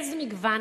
איזה מגוון?